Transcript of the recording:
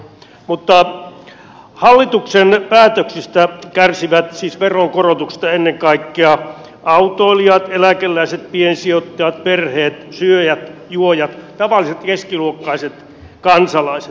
mutta hallituksen päätöksistä kärsivät siis veronkorotuksista ennen kaikkea autoilijat eläkeläiset piensijoittajat perheet syöjät juojat tavalliset keskiluokkaiset kansalaiset